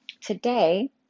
today